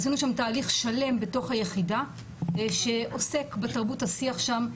עשינו שם תהליך שלם בתוך היחידה שעוסק בתרבות השיח שם,